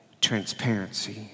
transparency